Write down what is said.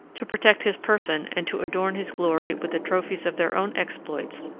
to protect his person and to adorn his glory with the trophies of their own exploits,